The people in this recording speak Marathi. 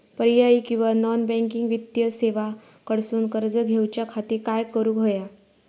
पर्यायी किंवा नॉन बँकिंग वित्तीय सेवा कडसून कर्ज घेऊच्या खाती काय करुक होया?